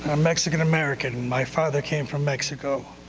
ah mexican american. my father came from mexico.